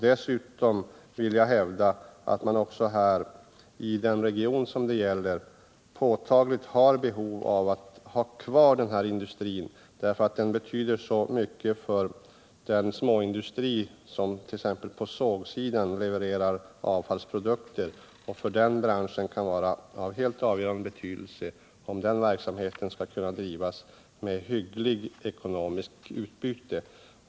Dessutom vill jag hävda att man i regionen har ett påtagligt behov av att ha kvar denna industri. Den betyder så mycket för den småindustri som t.ex. på sågsidan levererar avfallsprodukter, och den kan vara av helt avgörande betydelse för om verksamheten i den branschen skall kunna drivas med hyggligt ekonomiskt utbyte.